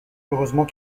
heureusement